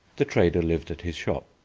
the trader lived at his shop.